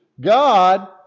God